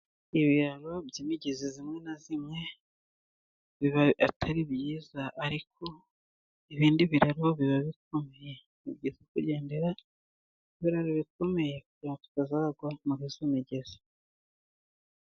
Ibiraro by'imigezi imwe n'imwe biba atari byiza, ariko ibindi biraro biba bikomeye, ni byiza kugendera ku biraro bikomeye kugira ngo tutazagwa muri iyo migezi.